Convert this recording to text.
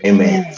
Amen